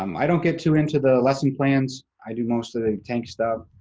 um i don't get too into the lesson plans. i do mostly the tank stuff.